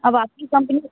अब आपकी कंपनी